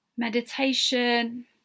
Meditation